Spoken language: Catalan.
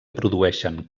produeixen